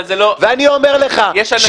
אבל זה לא --- ואני אומר לך -- יש אנשים,